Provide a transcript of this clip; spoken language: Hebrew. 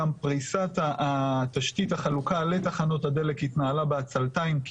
גם פריסת תשתית החלוקה לתחנות הדלק התנהלה בעצלתיים כי